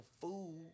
food